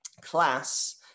class